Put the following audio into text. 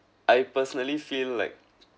I personally feel like